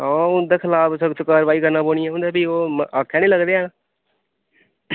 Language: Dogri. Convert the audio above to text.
हां उं'दे खलाफ सख्त कारबाई करना पौनी ऐ उ'नें भी ओह् आक्खै निं लगदे हैन